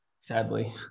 sadly